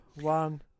One